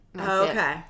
Okay